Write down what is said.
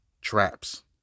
traps